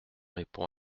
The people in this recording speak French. répond